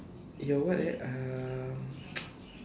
your what eh um